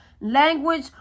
language